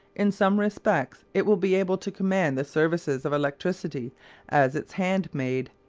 in some respects, it will be able to command the services of electricity as its handmaid.